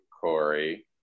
Corey